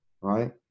right